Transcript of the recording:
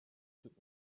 took